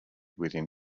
within